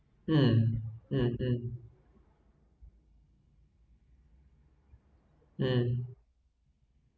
hmm